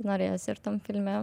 norėjosi ir tam filme